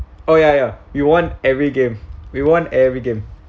oh ya ya we won every game we won every game